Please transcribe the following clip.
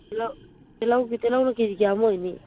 ꯄꯨꯂꯞ ꯇꯤꯜꯍꯧꯅ ꯀꯦꯖꯤ ꯀꯌꯥꯃꯨꯛ ꯑꯣꯏꯅꯤ